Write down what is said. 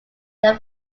their